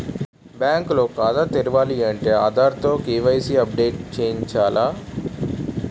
bank లో ఖాతా తెరాలంటే ఆధార్ తో కే.వై.సి ని అప్ డేట్ చేయించాల